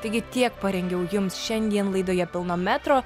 taigi tiek parengiau jums šiandien laidoje pilno metro